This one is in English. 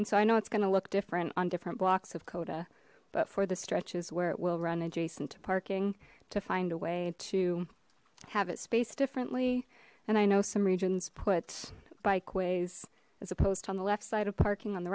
and so i know it's going to look different on different blocks of coda but for the stretches where it will run adjacent to parking to find a way to have it space differently and i know some regions put bike ways as a post on the left side of parking on the